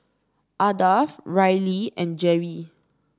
Ardath Riley and Jere